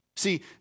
See